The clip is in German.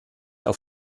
auf